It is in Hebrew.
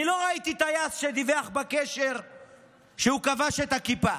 אני לא ראיתי טייס שדיווח בקשר שהוא כבש את הכיפה,